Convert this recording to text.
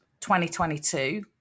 2022